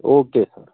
okay sir